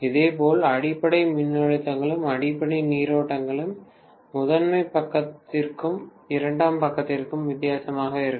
இதேபோல் அடிப்படை மின்னழுத்தங்களும் அடிப்படை நீரோட்டங்களும் முதன்மை பக்கத்திற்கும் இரண்டாம் பக்கத்திற்கும் வித்தியாசமாக இருக்கும்